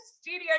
studio